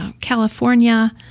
California